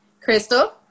Crystal